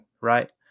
right